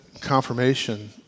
confirmation